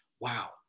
wow